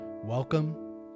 Welcome